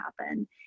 happen